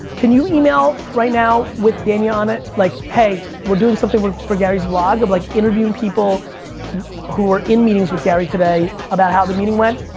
can you email, right now, with dania on it, like hey we're doing something for gary's vlog, of like interviewing people who were in meetings with gary today about how the meeting went.